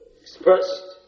Expressed